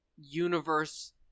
universe